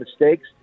mistakes